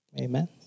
Amen